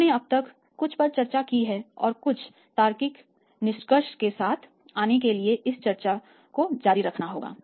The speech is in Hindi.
हमने अब तक कुछ पर चर्चा की है और कुछ तार्किक निष्कर्ष के साथ आने के लिए इस चर्चा को जारी रखना होगा